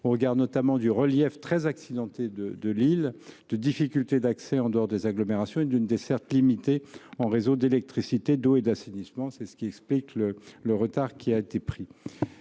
au regard notamment du relief très accidenté de l’île, de difficultés d’accès en dehors des agglomérations et d’une desserte limitée en réseaux d’électricité, d’eau et d’assainissement. Aussi, monsieur le sénateur, je vous